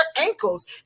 ankles